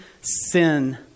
sin